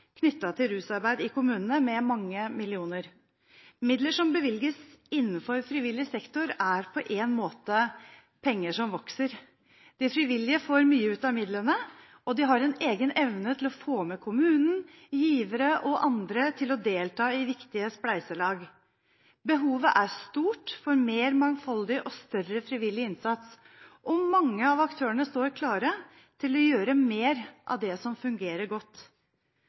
knyttet til rusarbeid i kommunene med mange millioner. Midler som bevilges innenfor frivillig sektor, er på en måte penger som vokser. De frivillige får mye ut av midlene, og de har en egen evne til å få med kommunene, givere og andre til å delta i viktige spleiselag. Behovet er stort for mer mangfoldig og større frivillig innsats, og mange av aktørene står klare til å gjøre mer av det som fungerer godt.